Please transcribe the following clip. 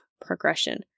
progression